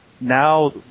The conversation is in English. now